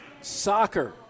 soccer